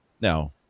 Now